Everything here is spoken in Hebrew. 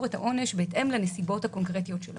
את העונש בהתאם לנסיבות הקונקרטיות של המקרה.